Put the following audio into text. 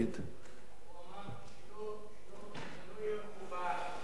הוא אמר שלא תהיה חובה על הערבים,